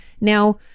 Now